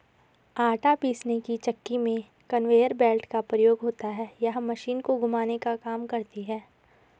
आटा पीसने की चक्की में कन्वेयर बेल्ट का प्रयोग होता है यह मशीन को घुमाने का काम करती है